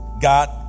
God